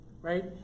Right